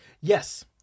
Yes